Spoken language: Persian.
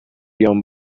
بیام